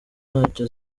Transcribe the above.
ntacyo